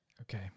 Okay